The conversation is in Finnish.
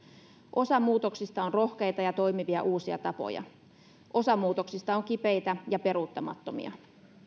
osa muutoksista on rohkeita ja toimivia uusia tapoja osa muutoksista on kipeitä ja peruuttamattomia